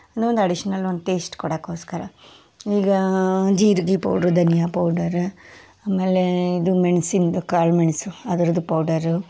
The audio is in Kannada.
ಇನ್ನೊಂದು ಅಡಿಷ್ನಲ್ ಒಂದು ಟೇಸ್ಟ್ ಕೊಡೋಕ್ಕೋಸ್ಕರ ಈಗ ಜೀರ್ಗೆ ಪೌಡ್ರು ಧನಿಯಾ ಪೌಡರ ಆಮೇಲೆ ಇದು ಮೆಣ್ಸಿನ ಕಾಳು ಮೆಣಸು ಅದ್ರದ್ದು ಪೌಡರು